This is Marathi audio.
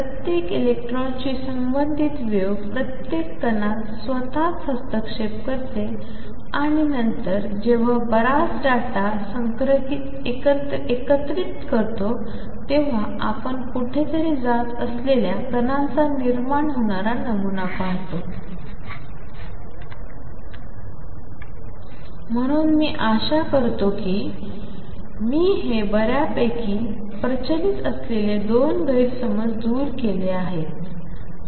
प्रत्येक इलेक्ट्रॉनशी संबंधित वेव्ह प्रत्येक कणात स्वतःच हस्तक्षेप करते आणि नंतर जेव्हा आपण बराच डेटा एकत्रित करतो तेव्हा आपण कुठेतरी जात असलेल्या कणांचा निर्माण करणारा नमुना पाहतो म्हणून मी आशा करतो की मी हे बर्यापैकी प्रचलित असलेले दोन गैरसमज केले दूर आहेत